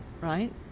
right